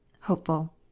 hopeful